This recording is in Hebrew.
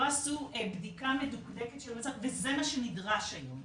לא עשו בדיקה מדוקדקת של המצב, וזה מה שנדרש היום.